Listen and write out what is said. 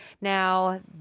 Now